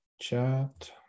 chat